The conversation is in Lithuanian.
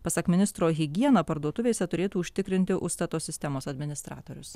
pasak ministro higiena parduotuvėse turėtų užtikrinti užstato sistemos administratorius